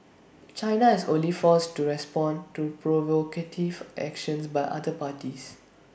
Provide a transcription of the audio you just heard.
China has only forced to respond to provocative action by other parties